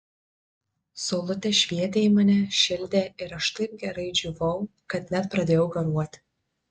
saulutė švietė į mane šildė ir aš taip gerai džiūvau kad net pradėjau garuoti